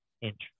inch